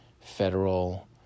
federal